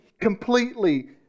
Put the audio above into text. completely